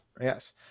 yes